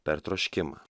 per troškimą